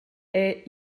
era